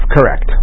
Correct